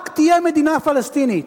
רק תהיה מדינה פלסטינית.